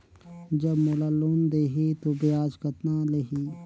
जब मोला लोन देही तो ब्याज कतना लेही?